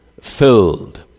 filled